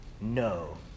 no